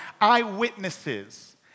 eyewitnesses